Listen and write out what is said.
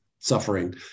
suffering